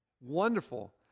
Wonderful